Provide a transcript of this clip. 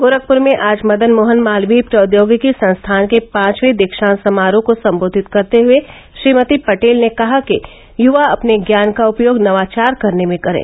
गोरखपुर में आज मदन मोहन मालवीय प्रौद्योगिकी संस्थान के पांचवें दीक्षांत समारोह को संबोधित करते हए श्रीमती पटेल ने कहा कि युवा अपने ज्ञान का उपयोग नवाचार करने में करें